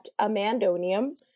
Amandonium